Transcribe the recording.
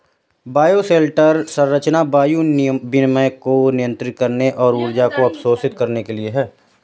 bioshelter संरचना वायु विनिमय को नियंत्रित करने और ऊर्जा को अवशोषित करने के लिए है